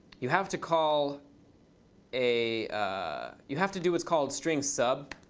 you have to call a ah you have to do what's called string sub.